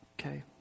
Okay